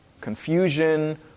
confusion